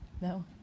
No